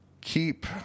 keep